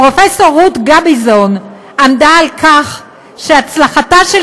פרופ' רות גביזון עמדה על כך שהצלחתה של